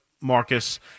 Marcus